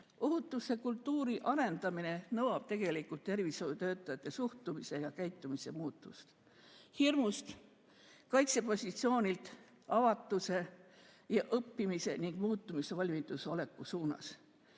Ohutusekultuuri arendamine nõuab tegelikult tervishoiutöötajate suhtumise ja käitumise muutust hirmust, kaitsepositsioonilt avatuse ja õppimise ning muutumiseks valmisoleku suunas.